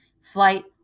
flight